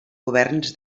governs